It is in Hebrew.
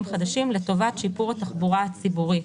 חדשים לטובת שיפור התחבורה הציבורית."